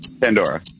Pandora